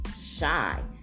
shy